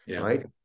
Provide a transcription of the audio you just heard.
right